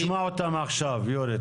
נשמע אותם עכשיו יורי.